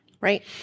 Right